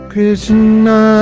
Krishna